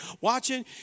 watching